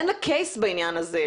אין לה קייס בעניין הזה,